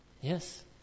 Yes